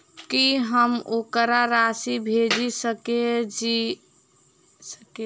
की हम ओकरा राशि भेजि सकै छी जकरा यु.पी.आई सेवा नै छै?